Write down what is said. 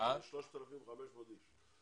כמעט 3,500 איש.